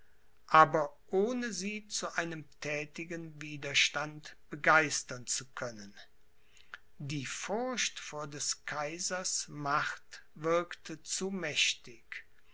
aber ohne sie zu einem thätigen widerstand begeistern zu können die furcht vor des kaisers macht wirkte zu